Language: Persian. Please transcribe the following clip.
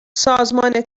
سازمان